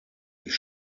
ich